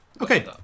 okay